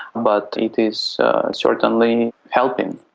but it is certainly helping.